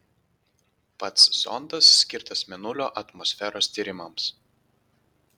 pats zondas skirtas mėnulio atmosferos tyrimams